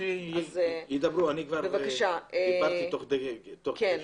אז שידברו, אני כבר דיברתי תוך כדי שאלות.